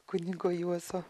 kunigo juozo